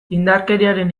indarkeriaren